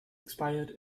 expired